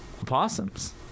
opossums